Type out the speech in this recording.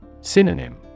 Synonym